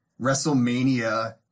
WrestleMania